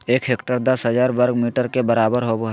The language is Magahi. एक हेक्टेयर दस हजार वर्ग मीटर के बराबर होबो हइ